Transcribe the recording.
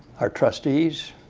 our trustees,